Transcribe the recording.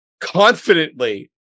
confidently